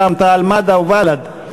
רע"ם-תע"ל-מד"ע ובל"ד.